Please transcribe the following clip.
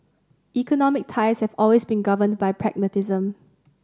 economic ties have always been governed by pragmatism